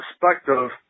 perspective